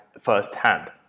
firsthand